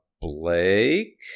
Blake